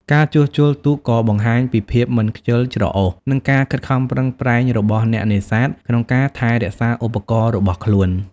ការជួសជុលទូកក៏បង្ហាញពីភាពមិនខ្ជិលច្រអូស និងការខិតខំប្រឹងប្រែងរបស់អ្នកនេសាទក្នុងការថែរក្សាឧបករណ៍របស់ខ្លួន។